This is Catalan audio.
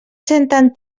senten